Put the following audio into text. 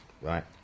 right